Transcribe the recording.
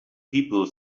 people